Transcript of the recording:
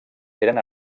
eren